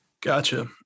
Gotcha